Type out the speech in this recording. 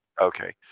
Okay